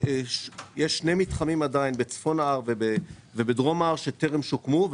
יש שני מתחמים עדיין בצפון ההר ובדרום ההר שטרם שוקמו,